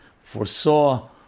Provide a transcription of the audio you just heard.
foresaw